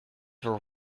were